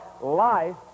life